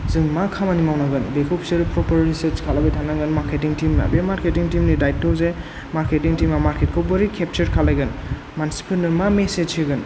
जों मा खामानि मावनांगोन बेखौ बिसोरो प्रपार रिसोर्च खालामबाय थानांगोन मार्केटिं टिमा बे मार्केटिं टिम नि दायथ' जे मार्केटिं टिमा मार्केटिं खौ बोरै केप्चार खालायगोन मानसिफोरनो मा मेसेज होगोन